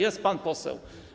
Jest pan poseł.